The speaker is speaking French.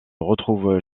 retrouve